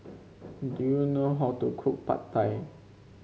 do you know how to cook Pad Thai